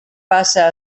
passa